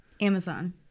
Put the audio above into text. Amazon